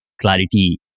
clarity